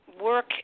work